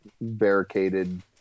barricaded